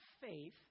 faith